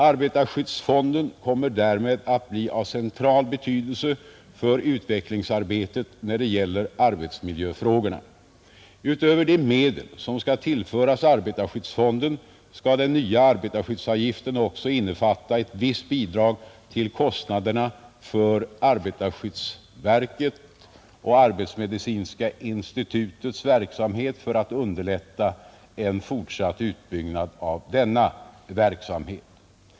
Arbetskyddsfonden kommer därmed att bli av central betydelse för utvecklingsarbetet när det gäller arbetsmiljöfrågorna. Utöver de medel som skall tillföras arbetarskyddsfonden skall den nya arbetarskyddsavgiften också innefatta ett visst bidrag till kostnaderna för arbetarskyddsverket och arbetsmedicinska institutets verksamhet för att underlätta en fortsatt utbyggnad av denna verksamhet.